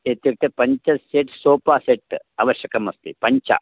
इत्युक्ते पञ्च set sofa set आवश्यकमस्ति पञ्च